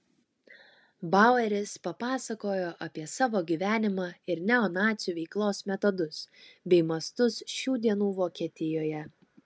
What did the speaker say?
baueris papasakojo apie savo gyvenimą ir neonacių veiklos metodus bei mastus šių dienų vokietijoje